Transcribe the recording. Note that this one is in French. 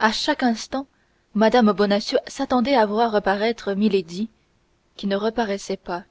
à chaque instant mme bonacieux s'attendait à voir reparaître milady qui ne reparaissait pas